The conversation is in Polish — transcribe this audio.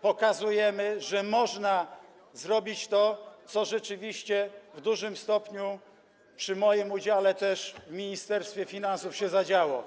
pokazujemy, że można zrobić to, co rzeczywiście w dużym stopniu też przy moim udziale w Ministerstwie Finansów się zadziało.